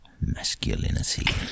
masculinity